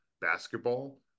basketball